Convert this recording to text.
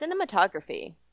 Cinematography